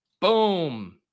Boom